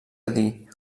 dir